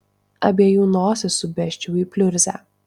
abiejų nosis subesčiau į pliurzę